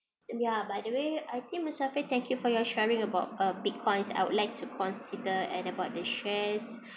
ya by the way I think musafir thank you for your sharing about uh Bitcoins I would like to consider and about the shares